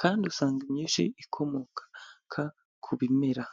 kandi usanga imyinshi ikomoka ku bimera.